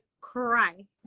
cry